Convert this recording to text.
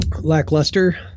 Lackluster